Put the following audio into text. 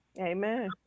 Amen